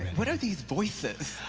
what are these voices?